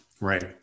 Right